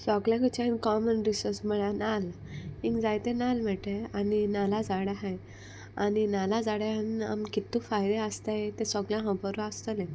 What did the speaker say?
सोगल्यांकोचान common resource म्हळ्यार नाल्ल इंग जायते नाल्ल मेळटाय आनी नाल्लां झाडां आहाय आनी नाल्लां झाडांन आमी कितू फायदे आसताय तें सोगल्यां होबोरू आसतोलें